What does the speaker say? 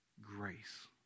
grace